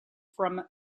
from